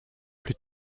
plus